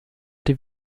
die